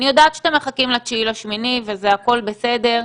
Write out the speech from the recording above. אני יודעת שאתם מחכים ל-9.8 והכול בסדר,